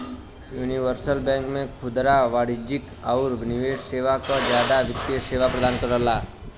universal bank में खुदरा वाणिज्यिक आउर निवेश सेवा क जादा वित्तीय सेवा प्रदान करला